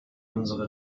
unsere